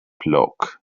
flock